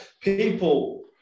people